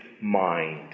mind